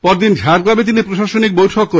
পরদিন ঝাড়গ্রামে তিনি প্রশাসনিক বৈঠকও করবেন